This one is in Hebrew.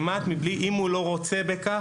ואם הוא לא רוצה בכך,